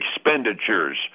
expenditures